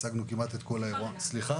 הצגנו את כל האירוע --- סליחה,